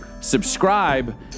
subscribe